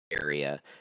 area